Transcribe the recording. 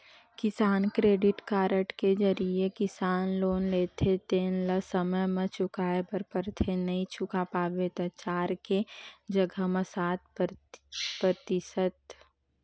किसान credit card के जरिए किसान लोन लेथे तेन ल समे म चुकाए बर परथे नइ चुका पाबे त चार के जघा म सात परतिसत के बियाज लगथे